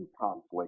conflict